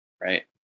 right